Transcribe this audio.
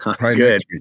Good